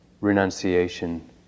renunciation